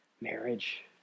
Marriage